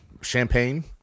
Champagne